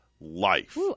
life